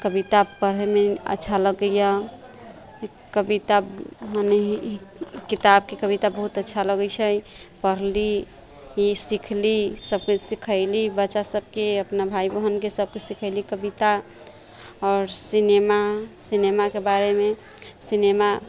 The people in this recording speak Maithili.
कविता पढ़ैमे अच्छा लगैया कविता मने किताबके कविता बहुत अच्छा लगैत छै पढ़ली सिखली सभकेँ सिखैली बच्चा सभकेँ अपना भाइ बहन सभकेँ सिखैली कविता आओर सिनेमा सिनेमाके बारेमे सिनेमा